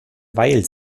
weil